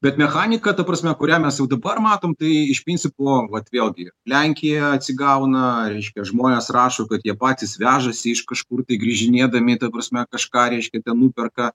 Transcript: bet mechanika ta prasme kurią mes jau dabar matom tai iš principo vat vėlgi lenkija atsigauna reiškia žmonės rašo kad jie patys vežasi iš kažkur tai grįžinėdami ta prasme kažką reiškia ten nuperka